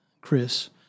Chris